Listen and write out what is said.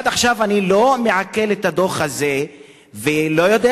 עד עכשיו אני לא מעכל את הדוח הזה ולא יודע